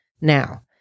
Now